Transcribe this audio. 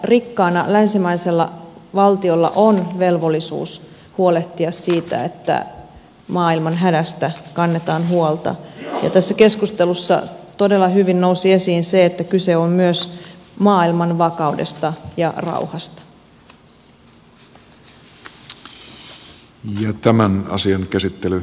rikkaana länsimaisena valtiona suomella on velvollisuus huolehtia siitä että maailman hädästä kannetaan huolta ja tässä keskustelussa todella hyvin nousi esiin se että kyse on myös maailman vakaudesta ja rauhasta